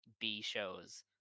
B-shows